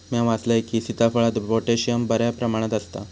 म्या वाचलंय की, सीताफळात पोटॅशियम बऱ्या प्रमाणात आसता